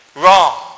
wrong